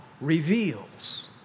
reveals